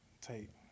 tape